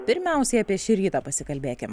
pirmiausiai apie šį rytą pasikalbėkim